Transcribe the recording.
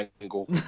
angle